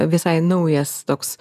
visai naujas toks